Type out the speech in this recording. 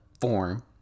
form